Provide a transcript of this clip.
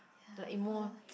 like in more